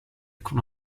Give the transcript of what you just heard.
con